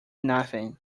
nothing